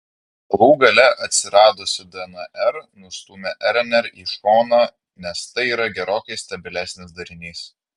galų gale atsiradusi dnr nustūmė rnr į šoną nes tai yra gerokai stabilesnis darinys